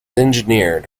engineered